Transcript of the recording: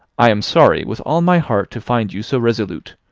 i am sorry, with all my heart, to find you so resolute.